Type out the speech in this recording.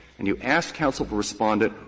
and you asked counsel for respondent,